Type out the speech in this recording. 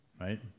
Right